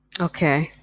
Okay